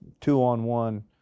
two-on-one